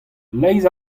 leizh